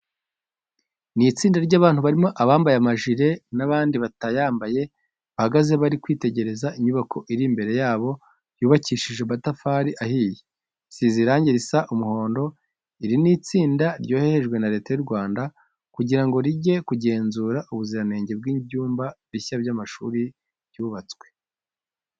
Ni istinda ry'abantu harimo abambaye amajire n'abandi batayambaye, bahagaze bari kwitegereza inyubako iri imbere yabo yubakishije amatafari ahiye, isize irange risa umuhondo. Iri ni itsinda ryoherejwe na Leta y'u Rwanda kugira ngo rijye kugenzura ubuziranenge bw'ibyumba bishya by'amashuri byubatswe.